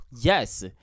yes